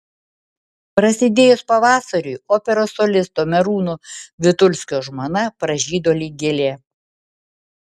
prasidėjus pavasariui operos solisto merūno vitulskio žmona pražydo lyg gėlė